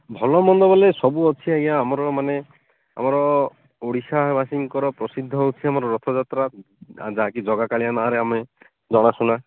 ଭଲମନ୍ଦ ବୋଲେ ସବୁ ଅଛି ଆଜ୍ଞା ଆମର ମାନେ ଆମର ଓଡ଼ିଶାବାସୀଙ୍କର ପ୍ରସିଦ୍ଧ ହେଉଛି ଆମର ରଥଯାତ୍ରା ଯାହାକି ଜଗାକାଳିଆ ନାଁରେ ଆମେ ଜଣାଶୁଣା